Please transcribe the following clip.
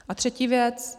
A třetí věc.